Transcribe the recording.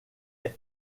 est